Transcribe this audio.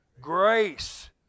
Grace